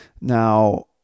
Now